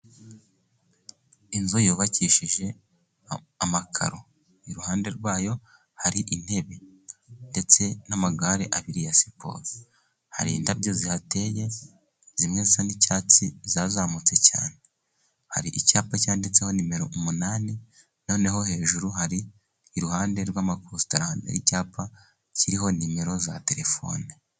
Inzu yubakishije amakaro. Iruhande rwa yo hari intebe ndetse n'amagare abiri ya siporo. Hari indabyo zihateye, zimwe zisa n'icyatsi zazamutse cyane. Hari icyapa cyanditseho nimero umunani, noneho hejuru hari iruhande rw'amakositade hariicyapa kiriho nimero za terefone.